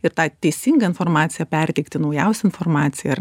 ir tą teisingą informaciją perteikti naujausią informaciją ar